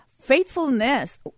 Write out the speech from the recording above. faithfulness